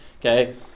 Okay